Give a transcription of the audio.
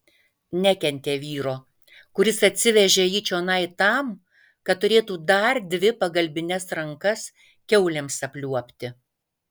nekentė vyro kuris atsivežė jį čionai tam kad turėtų dar dvi pagalbines rankas kiaulėms apliuobti